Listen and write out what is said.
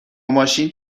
ماشین